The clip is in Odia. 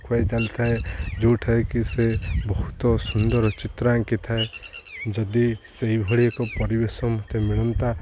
ଖୁଆଇ ଚାଲି ଥାଏ ଯେଉଁଠାରେ କିି ସେ ବହୁତ ସୁନ୍ଦର ଚିତ୍ର ଆଙ୍କି ଥାଏ ଯଦି ସେଇଭଳି ଏକ ପରିବେଶ ମୋତେ ମିଳନ୍ତା